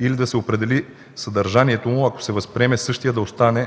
или да се определи съдържанието му, ако се възприеме същият да остане